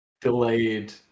delayed